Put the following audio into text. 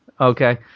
okay